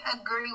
agree